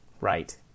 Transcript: Right